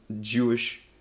Jewish